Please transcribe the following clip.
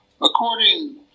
according